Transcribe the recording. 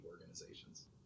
organizations